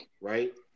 right